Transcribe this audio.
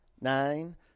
nine